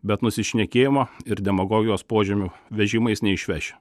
bet nusišnekėjimo ir demagogijos požymių vežimais neišveši